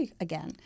again